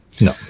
No